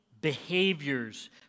behaviors